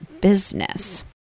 business